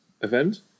event